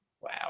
wow